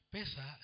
Pesa